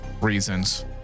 reasons